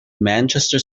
manchester